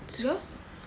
yours